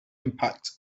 impact